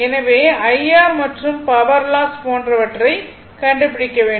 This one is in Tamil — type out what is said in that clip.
எனவே IR மற்றும் பவர் லாஸ் போன்றவற்றைக் கண்டுபிடிக்க வேண்டும்